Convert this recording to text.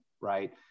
right